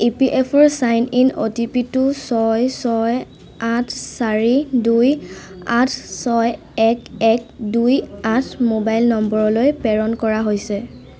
ই P F O ৰ sign in O T P টো ছয় ছয় আঠ চাৰি দুই আঠ ছয় এক এক দুই আঠ মোবাইল নম্বৰলৈ প্ৰেৰণ কৰা হৈছে